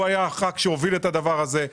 שהוא היה הח"כ שהוביל את הדבר הזה.